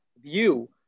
view